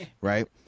Right